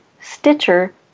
Stitcher